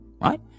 right